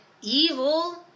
evil